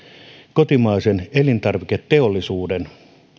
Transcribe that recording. kotimaisen elintarviketeollisuuden